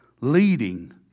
leading